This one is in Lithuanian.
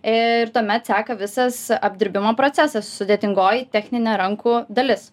ir tuomet seka visas apdirbimo procesas sudėtingoji techninė rankų dalis